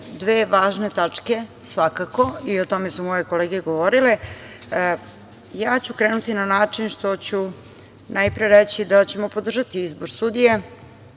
dve važne tačke svakako i o tome su moje kolege govorile. Ja ću krenuti na način što ću najpre reći da ćemo podržati izbor sudija,